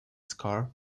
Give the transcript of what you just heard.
score